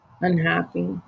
Unhappy